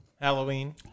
Halloween